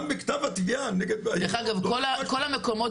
גם בכתב התביעה --- דרך אגב כל המקומות